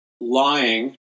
lying